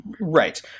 Right